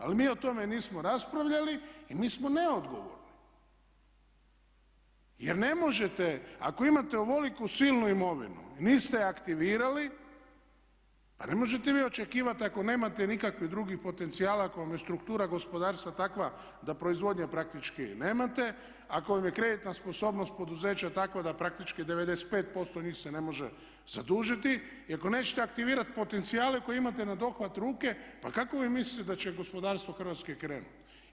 Ali mi o tome nismo raspravljali i mi smo neodgovorni jer ne možete ako imate ovoliku silnu imovinu i niste je aktivirali pa ne možete vi očekivati ako nemate nikakvih drugih potencijala, ako vam je struktura gospodarstva takva da proizvodnje praktički i nemate, ako vam je kreditna sposobnost poduzeća takva da praktički 95% njih se ne može zadužiti i ako nećete aktivirati potencijale koje imate na dohvat ruke pa kako vi mislite da će gospodarstvo Hrvatske krenuti?